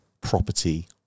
property